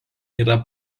yra